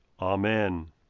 Amen